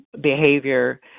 behavior